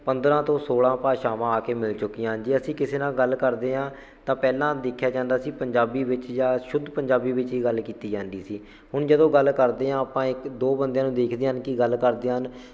ਪੰਦਰਾਂ ਤੋਂ ਸੋਲ੍ਹਾਂ ਭਾਸ਼ਾਵਾਂ ਆ ਕੇ ਮਿਲ ਚੁੱਕੀਆਂ ਜੀ ਅਸੀਂ ਕਿਸੇ ਨਾਲ ਗੱਲ ਕਰਦੇ ਹਾਂ ਤਾਂ ਪਹਿਲਾਂ ਦੇਖਿਆ ਜਾਂਦਾ ਸੀ ਪੰਜਾਬੀ ਵਿੱਚ ਜਾਂ ਸ਼ੁੱਧ ਪੰਜਾਬੀ ਵਿੱਚ ਹੀ ਗੱਲ ਕੀਤੀ ਜਾਂਦੀ ਸੀ ਹੁਣ ਜਦੋਂ ਗੱਲ ਕਰਦੇ ਹਾਂ ਆਪਾਂ ਇੱਕ ਦੋ ਬੰਦਿਆਂ ਨੂੰ ਦੇਖਦੇ ਹਨ ਕੀ ਗੱਲ ਕਰਦੇ ਹਨ